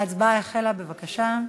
ההצבעה החלה, בבקשה.